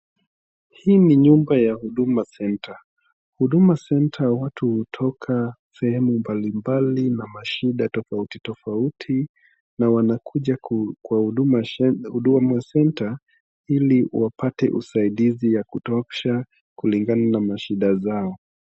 Hii ni nyumba ya huduma centre .Huduma centre watu hutoka sehemu mbalimbali na mashida tofauti tofauti na wanakuja kwa huduma centre ii wapate usaidizi ya kutosha kulingana na mashida zao.